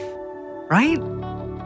right